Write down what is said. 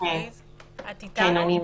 במשרד נמצאת איתי